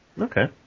Okay